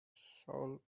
soul